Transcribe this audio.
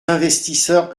investisseurs